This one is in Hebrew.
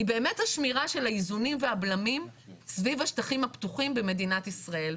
היא באמת השמירה של האיזונים והבלמים סביב השטחים הפתוחים במדינת ישראל,